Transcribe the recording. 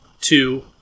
two